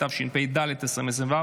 התשפ"ד 2024,